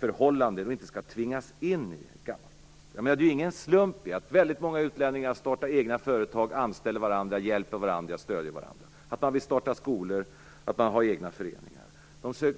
förhållanden och inte tvingas in i ett gammalt mönster. Jag menar att det inte är en slump att väldigt många utlänningar startar egna företag, anställer varandra, hjälper och stöder varandra, att man vill starta skolor och att man har egna föreningar.